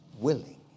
willing